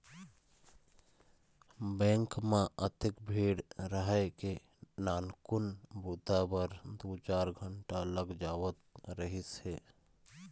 bank म अतेक भीड़ रहय के नानकुन बूता बर दू चार घंटा लग जावत रहिस हे